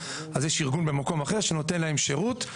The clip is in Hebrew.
אז יש ארגון במקום אחר שנותן להם שירות,